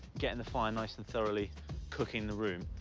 getting the fire nice and thoroughly cooking the room.